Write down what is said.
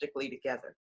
together